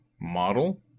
model